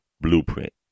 Blueprint